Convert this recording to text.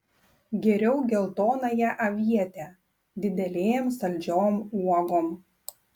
geriau geltonąją avietę didelėm saldžiom uogom